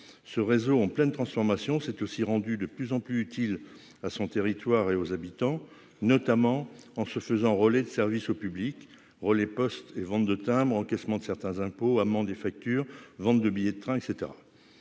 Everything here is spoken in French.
ce réseau en pleine transformation, s'était aussi rendu de plus en plus utile à son territoire et aux habitants, notamment en se faisant roller de service au public relais poste et vente de timbres encaissement de certains impôts, amendes et vente de billets de train et